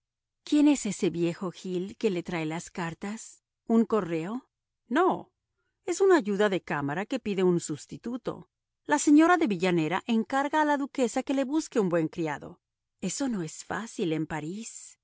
quién es ese viejo gil que le trae las cartas un correo no es un ayuda de cámara que pide un substituto la señora de villanera encarga a la duquesa que le busque un buen criado eso no es fácil en parís